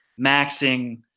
maxing